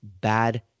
bad